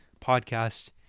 podcast